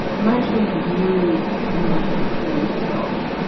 a minor things that you have military experience yourself.